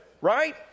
right